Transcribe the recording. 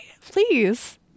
please